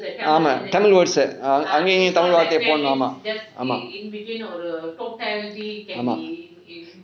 ஆமாம்:aamaam tamil words அங்கே இங்கே தமிழ் வார்த்தை போடலாம் ஆமாம் ஆமாம் ஆமாம்:angae ingae tamil vaarthai podalaam aamaam aamaam aamaam